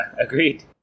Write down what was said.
agreed